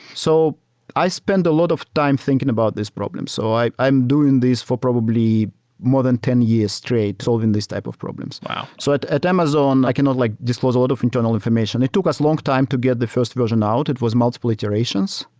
so i spend a lot of time thinking about this problem. so i'm doing this for probably more than ten years straight solving this type of problems. wow! so at at amazon, i cannot like disclose a lot of internal information. it took us long time to get the first version out. it was multiple iterations.